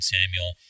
Samuel